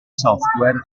software